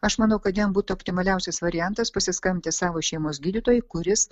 aš manau kad jam būtų optimaliausias variantas pasiskambti savo šeimos gydytojui kuris